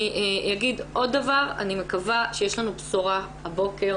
אני אגיד עוד דבר, אני מקווה שיש לנו בשורה הבוקר,